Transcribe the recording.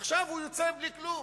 עכשיו הוא יוצא בלי כלום.